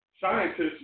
scientists